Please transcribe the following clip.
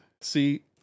See